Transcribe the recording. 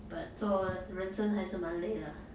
but 做人生还是满累 lah